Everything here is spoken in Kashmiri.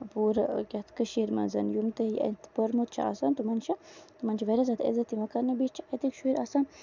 اور یَتھ کٔشیٖر منٛز یِم تہِ ییٚتہِ پوٚرمُت چھُ آسان تِمن چھُ واریاہ زیادٕ عزت یوان کرنہٕ بیٚیہِ چھُ اَتِکۍ شُر آسان